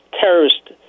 terrorist